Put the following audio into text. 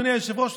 אדוני היושב-ראש,